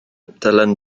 dylan